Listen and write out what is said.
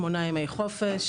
שמונה ימי חופש.